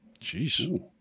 Jeez